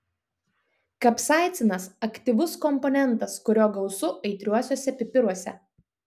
kapsaicinas aktyvus komponentas kurio gausu aitriuosiuose pipiruose